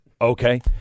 Okay